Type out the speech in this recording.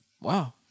Wow